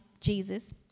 Jesus